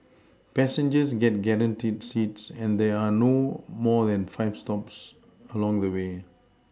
passengers get guaranteed seats and there are no more than five stops along the way